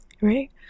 right